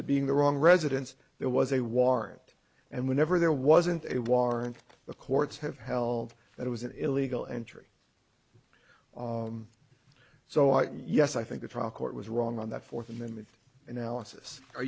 being the wrong residence there was a warrant and whenever there wasn't a warrant the courts have held that it was an illegal entry so i yes i think the trial court was wrong on that fourth amendment analysis